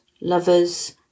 lovers